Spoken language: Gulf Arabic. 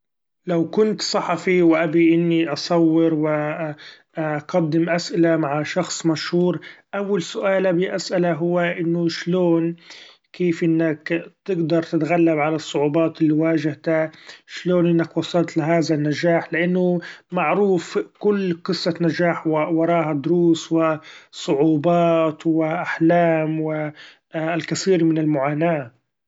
لو كنت صحفي وأبي إني أصور و‹ hesitate › أقدم اسئلة مع شخص مشهور، أول سؤال ابي أسأله هو إنه اشلون كيف إنك تقدر تتغلب على الصعوبات اللي واچهتك؟ اشلون إنك وصلت لهذا النچاح؟ لإنه معروف كل قصة نچاح وراها دروس وصعوبات واحلام والكثير من المعأناة.